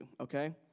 okay